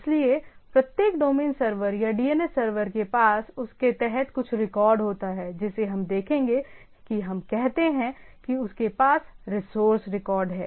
इसलिए प्रत्येक domain server या DNS सर्वर के पास उस के तहत कुछ रिकॉर्ड होता है जिसे हम देखेंगे कि हम कहते हैं कि उसके पास रिसोर्स रिकॉर्ड है